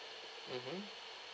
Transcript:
mmhmm